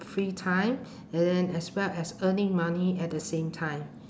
free time and then as well as earning money at the same time